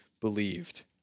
believed